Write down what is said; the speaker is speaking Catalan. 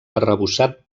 arrebossat